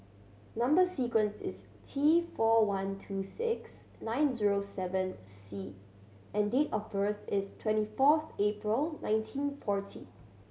number sequence is T four one two six nine zero seven C and date of birth is twenty fourth April nineteen forty